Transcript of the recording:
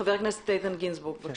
חבר הכנסת איתן גינזבורג, בבקשה.